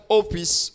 office